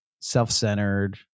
self-centered